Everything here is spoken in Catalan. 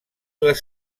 les